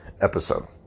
episode